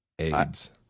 AIDS